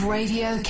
Radio